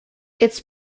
its